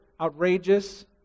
outrageous